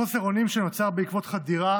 חוסר אונים שנוצר בעקבות חדירה